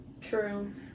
True